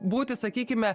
būti sakykime